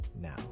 now